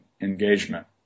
engagement